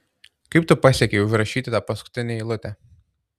kaip tu pasiekei užrašyti tą paskutinę eilutę